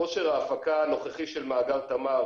כושר ההפקה הנוכחי של מאגר תמר